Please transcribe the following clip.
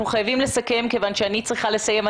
אנחנו חייבים לסכם כיוון שאני צריכה לסיים את